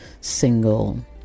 single